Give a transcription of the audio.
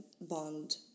bond